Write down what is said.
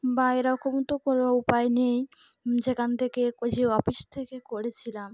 বা এরকম তো কোনো উপায় নেই যেখান থেকে ওই যে অফিস থেকে করেছিলাম